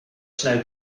schnell